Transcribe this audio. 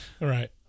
Right